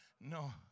No